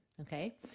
okay